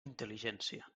intel·ligència